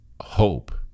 hope